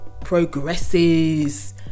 progresses